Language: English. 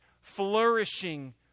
flourishing